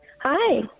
Hi